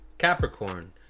Capricorn